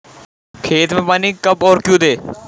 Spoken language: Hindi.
खेत में पानी कब और क्यों दें?